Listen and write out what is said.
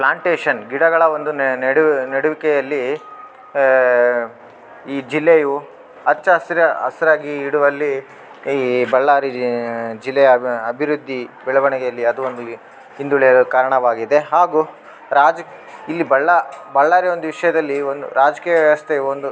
plantation ಗಿಡಗಳ ಒಂದು ನೆಡು ನೆಡುವಿಕೆಯಲ್ಲಿ ಈ ಜಿಲ್ಲೆಯು ಅಚ್ಚ ಹಸ್ರ್ ಹಸ್ರಾಗಿ ಇಡುವಲ್ಲಿ ಈ ಬಳ್ಳಾರಿ ಜಿಲ್ಲೆಯ ಅಬಿ ಅಭಿವೃದ್ದಿ ಬೆಳವಣಿಗೆಯಲ್ಲಿ ಅದು ಒಂದು ಹಿಂದುಳಿಯಲು ಕಾರಣವಾಗಿದೆ ಹಾಗೂ ರಾಜ್ ಇಲ್ಲಿ ಬಳ್ಳಾ ಬಳ್ಳಾರಿ ಒಂದು ವಿಷಯದಲ್ಲಿ ಒಂದು ರಾಜಕೀಯ ವ್ಯವಸ್ಥೆಯು ಒಂದು